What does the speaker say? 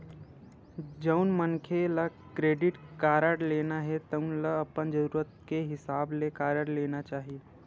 जउन मनखे ल क्रेडिट कारड लेना हे तउन ल अपन जरूरत के हिसाब ले कारड लेना चाही